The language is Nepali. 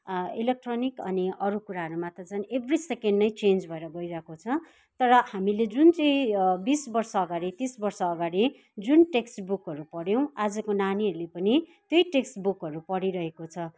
इलेक्ट्रोनिक अनि अरू कुराहरूमा त झन् एभ्री सेकेन्ड नै चेन्ज भएर गइहरेको छ तर हामीले जुन चाहिँ बिस वर्ष अगाडि तिस वर्ष अगाडि जुन टेक्स्ट बुक्सहरू पढ्यौँ आजको नानीहरूले पनि त्यही टेक्स्ट बुक्सहरू पढिरहेको छ